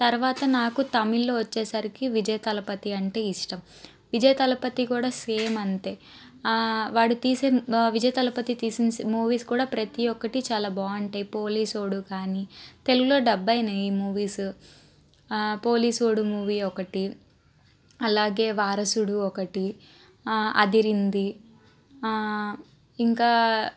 తర్వాత నాకు తమిళ్లో వచ్చేసరికి విజయ్ తలపతి అంటే ఇష్టం విజయ్ తలపతి కూడా సేమ్ అంతే వాడు తీసే విజయ్ తలపతి తీసిన మూవీస్ కూడా ప్రతి ఒక్కటి చాలా బాగుంటాయి పోలీసోడు కానీ తెలుగులో డబ్ అయినాయి ఈ మూవీస్ పోలీసోడు మూవీ ఒకటి అలాగే వారసుడు ఒకటి అదిరింది ఇంకా